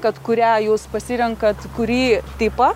kad kurią jūs pasirenkat kurį tipą